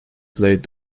played